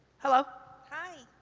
hello. hi.